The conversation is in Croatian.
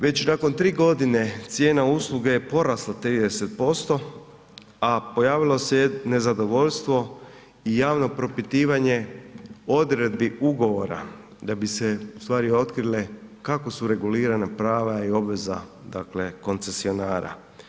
Već nakon 3 godine cijena usluge je porasla 30%, a pojavilo se nezadovoljstvo i javno propitivanje odredbi ugovora da bi se u stvari otkrile kako su regulirana prava i obveza dakle koncesionara.